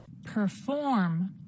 Perform